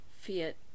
Fiat